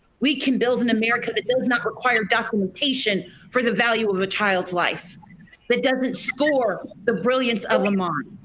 we can build an america that does not require documentation for the value of a child's life that doesn't score the brilliance of the mind,